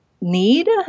need